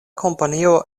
kompanio